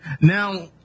Now